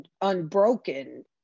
unbroken